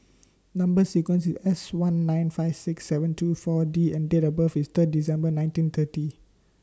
Number sequence IS S one nine five six seven two four D and Date of birth IS Third December nineteen thirty